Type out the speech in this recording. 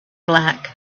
black